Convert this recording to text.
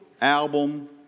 Album